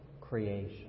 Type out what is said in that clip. creation